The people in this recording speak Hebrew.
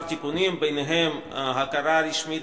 בנושא טיפולן של הרשויות